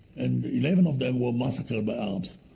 and eleven of them were massacred by arabs,